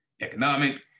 economic